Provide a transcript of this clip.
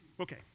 Okay